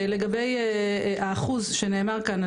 לגבי האחוז שנאמר כאן,